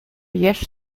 dheis